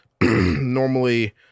normally